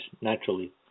naturally